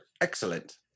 Excellent